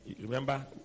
Remember